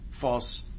false